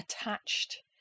attached